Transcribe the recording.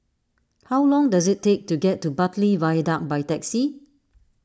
how long does it take to get to Bartley Viaduct by taxi